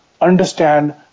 understand